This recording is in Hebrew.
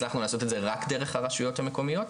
הצלחנו לעשות את זה רק דרך הרשויות המקומיות,